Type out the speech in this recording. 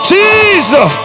Jesus